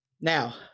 Now